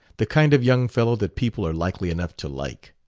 the kind of young fellow that people are likely enough to like.